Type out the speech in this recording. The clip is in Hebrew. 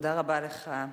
תודה רבה לך,